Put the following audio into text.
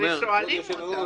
ושואלים אותם.